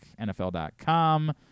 NFL.com